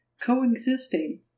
coexisting